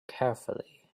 carefully